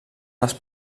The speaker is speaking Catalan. les